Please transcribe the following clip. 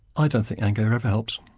i don't think anger ever helps.